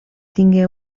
tingué